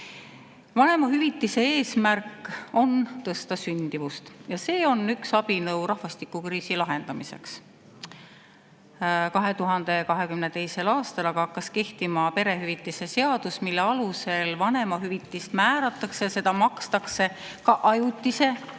Vanemahüvitise eesmärk on tõsta sündimust ja see on üks abinõu rahvastikukriisi lahendamiseks. 2022. aastal aga hakkas kehtima perehüvitiste seaduse [säte], mille alusel vanemahüvitist määratakse ja makstakse ka ajutise